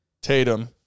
Tatum